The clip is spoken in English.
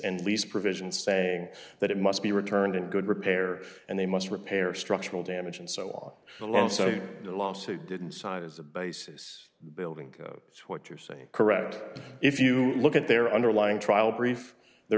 and lease provisions saying that it must be returned in good repair and they must repair structural damage and so all along so the lawsuit didn't side as a basis building what you're saying correct if you look at their underlying trial brief there